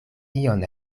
ion